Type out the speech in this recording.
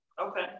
Okay